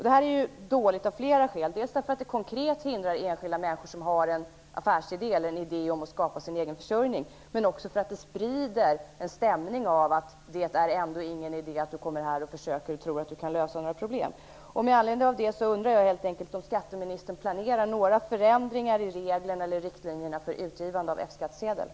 Det här är dåligt av flera skäl, dels därför att det konkret hindrar enskilda människor som har en affärsidé eller en idé om att skapa sig en egen försörjning, dels därför att det sprider en stämning av att det ändå inte är någon idé, att det ändå inte går att lösa några problem.